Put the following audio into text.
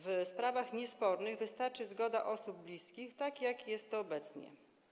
W sprawach niespornych wystarczy zgoda osób bliskich, tak jak jest obecnie.